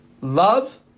love